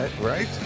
Right